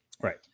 right